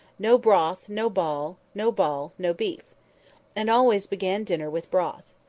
no broth, no ball no ball, no beef' and always began dinner with broth.